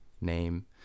name